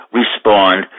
respond